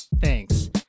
Thanks